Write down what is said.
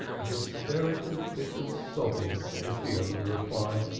a hysterical fit of sobbing was the only reply.